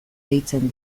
deitzen